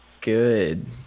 good